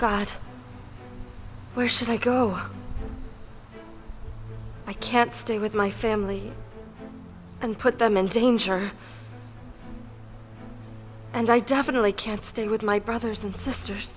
god where should i go i can't stay with my family and put them in danger and i definitely can't stay with my brothers and sisters